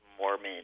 Mormon